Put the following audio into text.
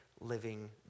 living